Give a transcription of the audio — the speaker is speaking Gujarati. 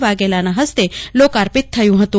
વાઘેલાના હસ્તે લોકાર્પિત થયું હતું